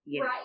right